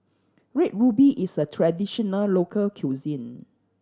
Red Ruby is a traditional local cuisine